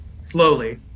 slowly